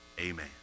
amen